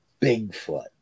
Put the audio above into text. Bigfoot